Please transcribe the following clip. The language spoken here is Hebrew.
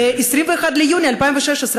ב-21 ביוני 2016,